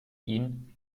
ihn